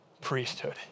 priesthood